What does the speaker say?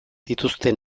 dituzte